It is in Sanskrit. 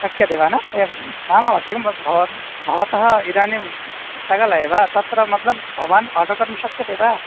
शक्यते वा न नाम आवश्यकं भवतः भवतः इदानीं स्थगितः एव तत्र मत्लब् भवान् आर्डर् कर्तुं शक्यते वा